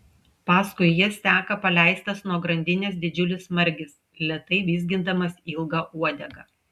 paskui jas seka paleistas nuo grandinės didžiulis margis lėtai vizgindamas ilgą uodegą